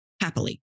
happily